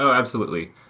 so absolutely.